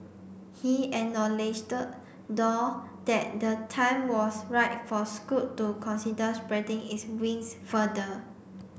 he acknowledged though that the time was right for Scoot to consider spreading its wings further